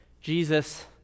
Jesus